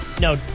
No